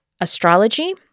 astrology